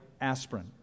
aspirin